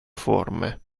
forme